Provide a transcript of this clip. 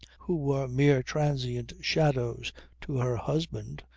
who were mere transient shadows to her husband,